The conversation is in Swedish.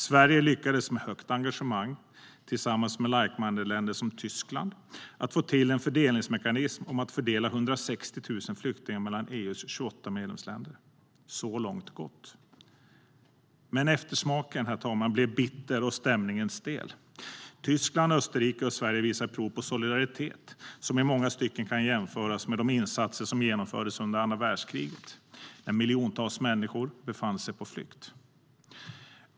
Sverige lyckades med högt engagemang tillsammans med like-minded-länder som Tyskland få till en fördelningsmekanism om att fördela 160 000 flyktingar mellan EU:s 28 medlemsländer. Så långt gott, men eftersmaken, herr talman, blev bitter och stämningen stel. Tyskland, Österrike och Sverige visade prov på solidaritet som i många stycken kan jämföras med de insatser som genomfördes under andra världskriget när miljontals människor befann sig på flykt.